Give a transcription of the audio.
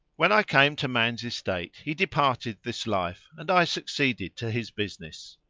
when i came to man's estate he departed this life and i succeeded to his business.